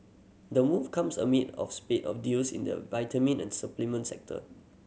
the move comes amid of spate of deals in the vitamin and supplement sector